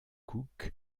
cook